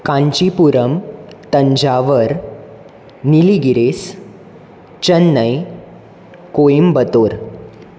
Kanchipuram Thanjavur Nilgiris Chennai Coimbatore